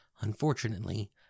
unfortunately